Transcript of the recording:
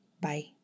Bye